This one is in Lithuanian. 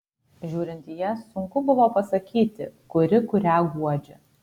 žiūrint į jas sunku buvo pasakyti kuri kurią guodžia